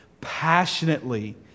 passionately